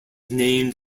named